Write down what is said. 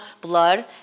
blood